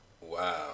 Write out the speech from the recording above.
Wow